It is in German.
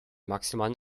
maximalen